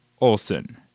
Olson